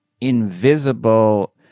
invisible